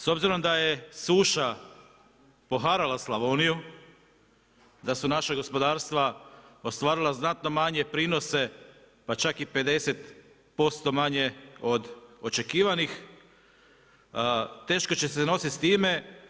S obzirom da je suša poharala Slavoniju, da su naša gospodarstva ostvarila znatno manje prinose pa čak i 50% manje od očekivanih teško će se nositi s time.